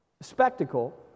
spectacle